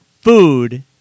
food